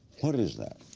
what is that